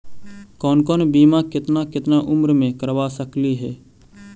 कौन कौन बिमा केतना केतना उम्र मे करबा सकली हे?